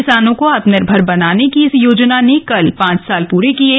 किसानों को आत्मनिर्भर बनाने की इस योजना ने कल पांच साल पूरे किये